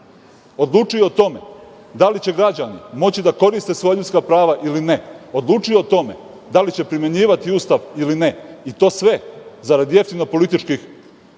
odlučuje o tome da li će građani moći da koriste svoja ljudska ili prava ili ne, odlučuje o tome da li će primenjivati Ustav ili ne i to sve zarad jeftinih političkih,